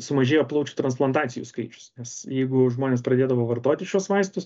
sumažėjo plaučių transplantacijų skaičius nes jeigu žmonės pradėdavo vartoti šiuos vaistus